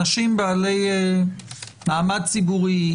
אנשים בעלי מעמד ציבורי,